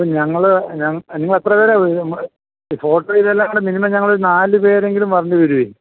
അപ്പം ഞങ്ങള് ഞങ്ങൾ നിങ്ങളെത്ര പേരാണ് വി ഈ ഫോട്ടോ ഇത് എല്ലാം കൂടെ മിനിമം ഞങ്ങളൊര് നാല് പേരെങ്കിലും വരേണ്ടി വരുവേ